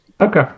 Okay